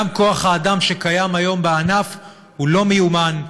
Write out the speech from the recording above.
גם כוח האדם שקיים היום בענף הוא לא מיומן,